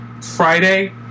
Friday